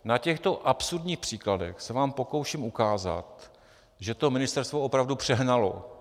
Na těchto absurdních příkladech se vám pokouším ukázat, že to ministerstvo opravdu přehnalo.